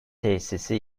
tesisi